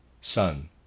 Sun